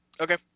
Okay